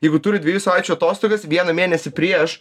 jeigu turi dviejų savaičių atostogas vieną mėnesį prieš